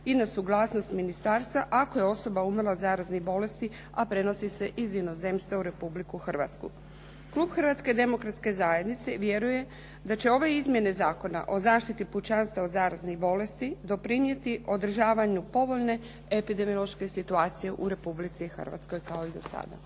i na suglasnost ministarstva ako je osoba umrla od zaraznih bolesti a prenosi se iz inozemstva u Republiku Hrvatsku. Klub Hrvatske demokratske zajednice vjeruje da će ove izmjene Zakona o zaštiti pučanstva od zaraznih bolesti doprinijeti održavanju povoljne epidemiološke situacije u Republici Hrvatskoj kao i do sada.